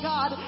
God